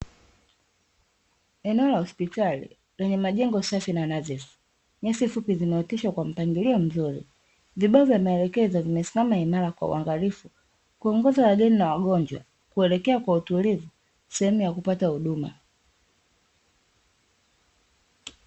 Eneo la hospitali lenye majengo safi na nadhifu, nyasi fupi zimeoteshwa kw ampangilio mzuri. Vibao vya maelekezo vimesimama imara kwa uangalifu kuongoza wageni na wagonjwa, kuelekea kwa utulivu sehemu ya kupata huduma.